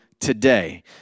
today